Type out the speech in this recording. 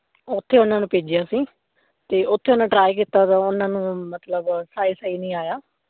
ਉੱਥੇ ਉਹਨਾਂ ਨੂੰ ਭੇਜਿਆ ਅਸੀਂ ਅਤੇ ਉੱਥੇ ਉਹਨੇ ਟਰਾਈ ਕੀਤਾ ਉਹਨਾਂ ਨੂੰ ਮਤਲਬ ਸਾਈਜ਼ ਸਹੀ ਨਹੀਂ ਆਇਆ